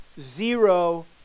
zero